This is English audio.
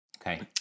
Okay